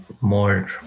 more